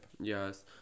yes